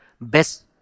best